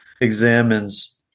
examines